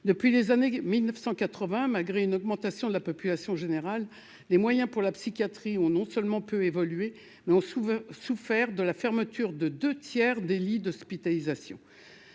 depuis les années 1980 malgré une augmentation de la population générale, les moyens pour la psychiatrie ont non seulement peu évoluer mais ont souvent souffert de la fermeture de 2 tiers des lits d'hospitalisation,